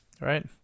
right